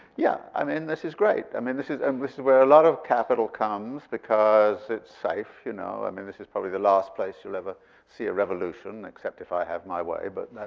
yeah, i mean this is great. i mean this is um this is where a lot of capital comes, because it's safe. you know i mean this is probably the last place you'll ever see a revolution, except if i have my way. but